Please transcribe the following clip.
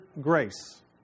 grace